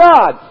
God